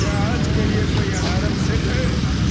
کیا آج کے لیے کوئی الارم سیٹ ہے